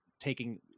taking